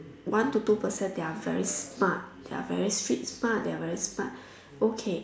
one to two percent they are very smart they are very street smart they are smart okay